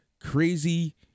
Crazy